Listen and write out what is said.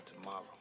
tomorrow